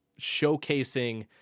showcasing